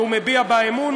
והוא מביע בה אמון,